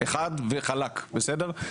חד וחלק, בסדר?